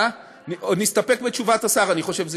אבל, נסתפק בתשובת השר, אני חושב.